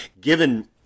given